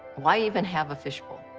why even have a fish bowl?